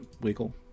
wiggle